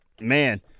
man